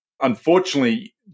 Unfortunately